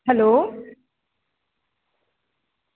hello